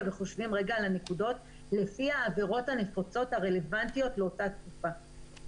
וחושבים רגע על הנקודות לפי העבירות הנפוצות הרלוונטיות לאותה תקופה.